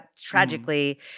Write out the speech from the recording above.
tragically